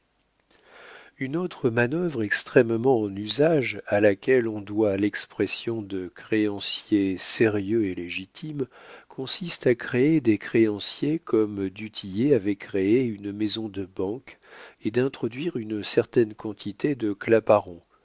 une autre manœuvre extrêmement en usage à laquelle on doit l'expression de créancier sérieux et légitime consiste à créer des créanciers comme du tillet avait créé une maison de banque et d'introduire une certaine quantité de